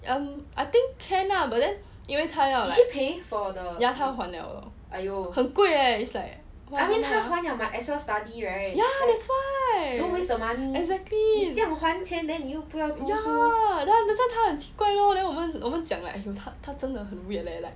um I think can lah but then 因为他要 like ya 他还了很贵 leh it's like ya that's why exactly ya 他很奇怪咯 then 我们我们讲 like 他他真的很 weird leh like